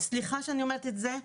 סליחה שאני אומרת את זה,